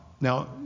Now